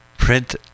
Print